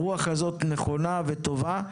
הרוח הזו היא נכונה וטובה.